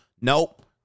Nope